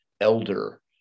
elder